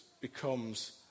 becomes